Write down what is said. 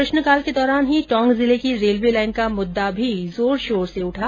प्रश्नकाल के दौरान ही टोंक जिले की रेलवे लाइन का मुद्दा भी जोर शोर से उठा